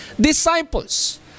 Disciples